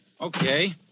Okay